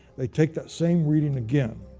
they take that same reading again.